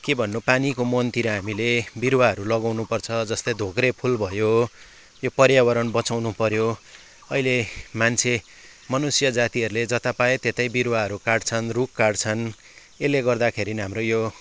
के भन्नु पानीको मुहानतिर हामीले बिरुवाहरू लगाउनुपर्छ जस्तै धोक्रे फुल भयो यो पर्यावरण बचाउनु पऱ्यो अहिले मान्छे मनुष्य जातिहरूले जता पायो त्यतै बिरुवाहरू काट्छन् रुख काट्छन् यसले गर्दाखेरि हाम्रो यो